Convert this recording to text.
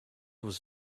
was